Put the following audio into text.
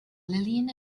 lillian